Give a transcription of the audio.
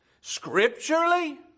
scripturally